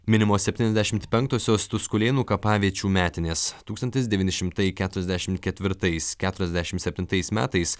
minimos septyniasdešimt penktosios tuskulėnų kapaviečių metinės tūkstantis devyni šimtai keturiasdešimt ketvirtais keturiasdešim septintais metais